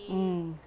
mm